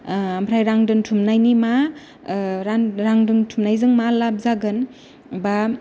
आमफ्राय रां दोनथुमनायनि मा रां दोनथुमनायजों मा लाब जागोन बा